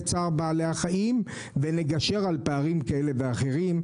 צער בעלי-החיים ונגשר על פערים כאלה ואחרים,